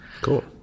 Cool